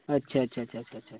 اچھا اچھا اچھا اچھا اچھا